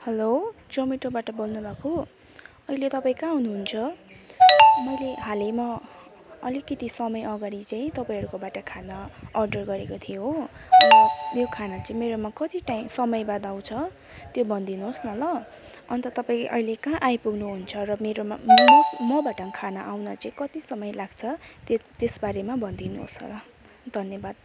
hello जमेटोबाट बोल्नुभएको अहिले तपाईँ कहाँ हुनुहुन्छ मैले हालैमा अलिकति समय अगाडि चाहिँ तपाईँहरूकोबाट खाना अर्डर गरेको थिएँ हो र यो खाना चाहिँ मेरोमा कति टाइम समय बाद आउँछ त्यो भनिदिनुहोस् न ल अन्त तपाईँ अहिले कहाँ आइपुग्नु हुन्छ र मेरोमा म भएको ठाउँमा खाना आउन चाहिँ कति समय लाग्छ ते त्यस बारेमा भन्दिनुहोस् होला धन्यवाद